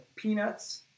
Peanuts